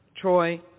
Troy